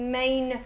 main